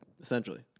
Essentially